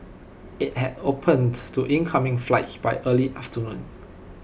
IT had opened to incoming flights by early afternoon